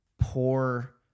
poor